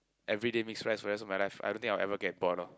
everyday mix rice for the rest of my life I don't think I will ever get bored lor